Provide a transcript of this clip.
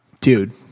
Dude